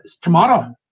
tomorrow